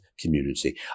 community